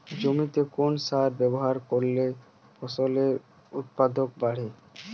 জমিতে কোন সার ব্যবহার করলে ফসলের উৎপাদন বাড়ে?